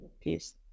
peace